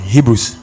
Hebrews